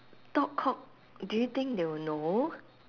talk cock do you think they will know